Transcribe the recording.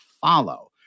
follow